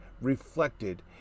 reflected